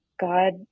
God